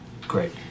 Great